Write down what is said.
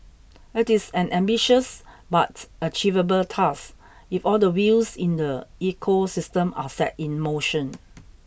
it is an ambitious but achievable task if all the wheels in the ecosystem are set in motion